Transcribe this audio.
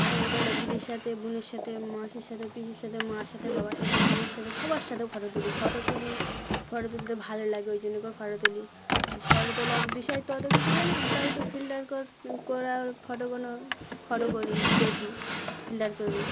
সবাই বলেলে দিদির সাথে বোনের সাথে মাসির সাথে পিসির সাথে মার সাথে বাবার সাথে বোনের সাথে সবার সাথে ফটো তুলি ফটো তুলি ফটো তুলতে ভালো লাগে ওই জন্য করে ফটো তুলি আর ফটো তোলার বিষয় তো ওদের কিছু জানি না তাই একটু ফিল্টার কর করার ফটো কোনো ফটো করি দেখি ফিল্টার করি